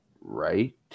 right